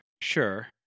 Sure